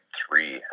three